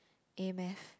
a-math